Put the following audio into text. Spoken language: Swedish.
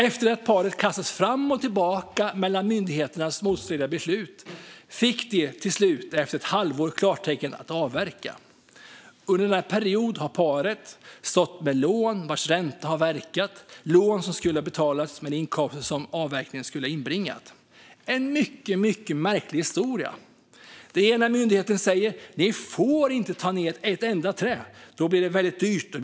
Efter att paret hade kastats fram och tillbaka mellan myndigheter med motstridiga besked fick de till slut, efter ett halvår, klartecken att avverka. Under denna period har paret stått med lån vars ränta har verkat - lån som skulle ha betalats med de inkomster som en avverkning skulle ha inbringat. Detta är en mycket märklig historia. Den ena myndigheten säger: Ni får inte fälla ett enda träd, för då blir det dyrt vite.